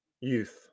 youth